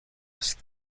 است